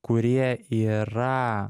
kurie yra